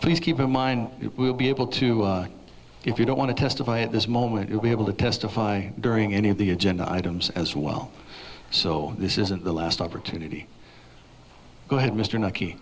please keep in mind it will be able to if you don't want to testify at this moment you'll be able to testify during any of the agenda items as well so this isn't the last opportunity to have mr nike